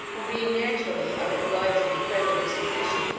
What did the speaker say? and, being naturally of an obliging and friendly disposition,